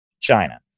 China